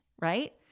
Right